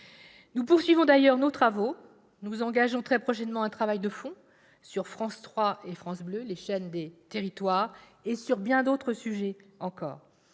Nous poursuivons d'ailleurs nos travaux et nous engagerons très prochainement un travail de fond sur France 3 et France Bleu, les chaînes des territoires, et sur bien d'autres sujets encore.